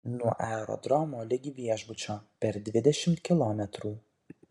nuo aerodromo ligi viešbučio per dvidešimt kilometrų